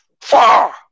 far